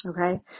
Okay